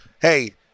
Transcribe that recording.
hey